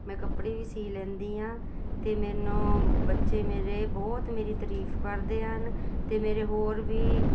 ਮੈਂ ਕੱਪੜੇ ਵੀ ਸੀ ਲੈਂਦੀ ਹਾਂ ਅਤੇ ਮੈਨੂੰ ਬੱਚੇ ਮੇਰੇ ਬਹੁਤ ਮੇਰੀ ਤਰੀਫ਼ ਕਰਦੇ ਹਨ ਅਤੇ ਮੇਰੇ ਹੋਰ ਵੀ